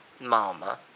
mama